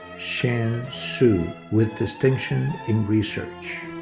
shan su with distinction in research.